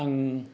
आं